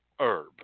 herb